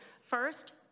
First